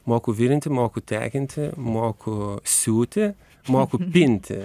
moku virinti moku tekinti moku siūti moku pinti